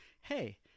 hey